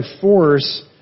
force